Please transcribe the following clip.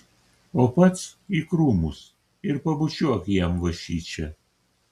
o pats į krūmus ir pabučiuok jam va šičia